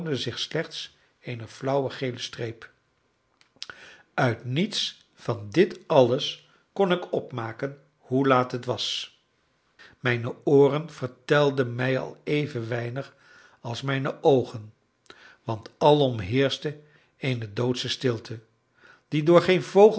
slechts eene flauwe gele streep uit niets van dit alles kon ik opmaken hoe laat het was mijne ooren vertelden mij al even weinig als mijne oogen want alom heerschte eene doodsche stilte die door geen vogel